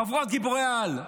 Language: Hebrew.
חבורת גיבורי-העל: